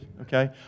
okay